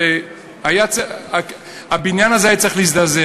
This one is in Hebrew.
הרי הבניין הזה היה צריך להזדעזע.